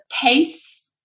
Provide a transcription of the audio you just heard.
pace